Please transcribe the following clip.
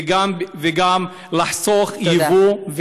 וגם לחסוך יבוא,